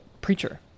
preacher